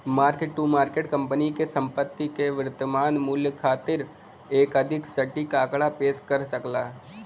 mark to market company क संपत्ति क वर्तमान मूल्य खातिर एक अधिक सटीक आंकड़ा पेश कर सकला